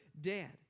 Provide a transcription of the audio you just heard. dead